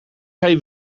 geen